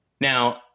Now